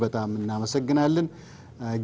but i'm not a